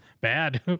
Bad